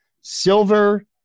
Silver